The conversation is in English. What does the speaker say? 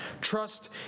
Trust